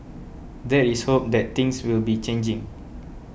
there is hope that things will be changing